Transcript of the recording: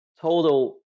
total